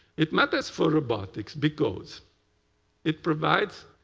it matters for robotics because it provides,